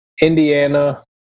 Indiana